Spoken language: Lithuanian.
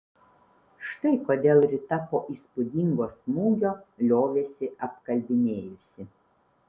štai kodėl rita po įspūdingo smūgio liovėsi apkalbinėjusi